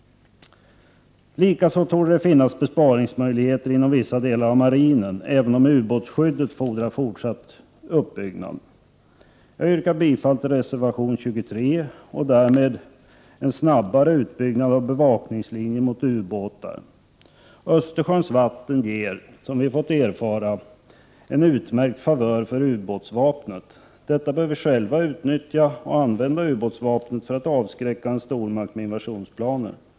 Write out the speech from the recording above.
Likaså torde det finnas besparingsmöjligheter inom vissa delar av marinen, även om ubåtsskyddet fordrar fortsatt uppbyggnad. Jag yrkar bifall till reservation 23 och därmed till en snabbare utbyggnad av bevakningslinjer mot ubåtar. Östersjöns vatten ger, som vi fått erfara, en utmärkt favör för ubåtsvapnet. Detta bör vi utnyttja. Ubåtsvapnet kan användas för att avskräcka en stormakt med invasionsplaner.